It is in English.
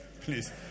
Please